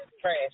Trash